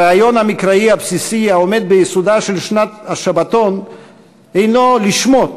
הרעיון המקראי הבסיסי העומד ביסודה של שנת השבתון הנו לשמוט,